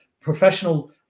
professional